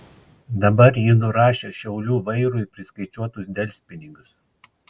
dabar ji nurašė šiaulių vairui priskaičiuotus delspinigius